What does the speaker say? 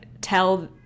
tell